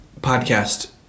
podcast